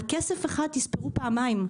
על כסף אחד תספרו פעמיים.